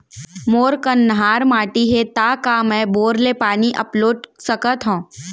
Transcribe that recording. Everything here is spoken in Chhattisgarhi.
मोर कन्हार माटी हे, त का मैं बोर ले पानी अपलोड सकथव?